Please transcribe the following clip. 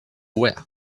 wear